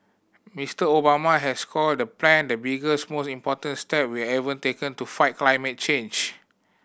Mister Obama has called the plan the biggest most important step we've ever taken to fight climate change